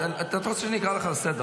אתה רוצה שאני אקרא אותך לסדר?